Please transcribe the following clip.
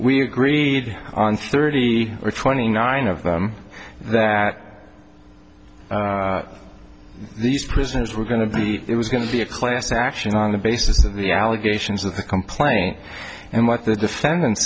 we agreed on thirty or twenty nine of them that these prisoners were going to be it was going to be a class action on the basis of the allegations of the complaint and what the defendant